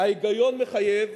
ההיגיון מחייב,